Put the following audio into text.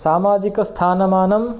सामाजिकस्थानमानं